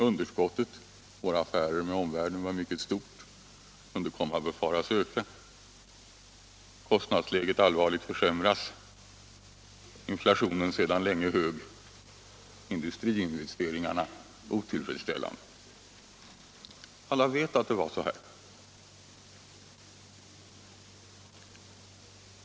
Underskottet i våra affärer med omvärlden var mycket stort och kunde befaras öka, kostnadsläget kunde komma att allvarligt försämras, inflationen var sedan länge hög och industriinvesteringarna var otillfredsställande. Alla vet, som sagt, att det var så här.